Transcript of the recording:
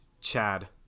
Chad